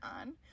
on